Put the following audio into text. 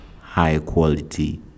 high-quality